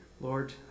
Lord